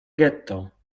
getto